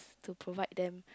to provide them